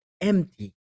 empty